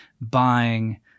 buying